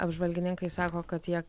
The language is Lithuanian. apžvalgininkai sako kad jie